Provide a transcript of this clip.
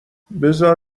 بذار